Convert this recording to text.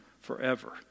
forever